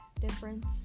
difference